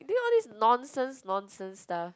you doing all these nonsense nonsense stuff